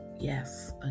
Yes